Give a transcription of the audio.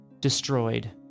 destroyed